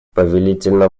повелительно